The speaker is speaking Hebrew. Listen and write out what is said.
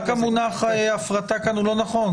רק המונח הפרטה כאן הוא לא נכון,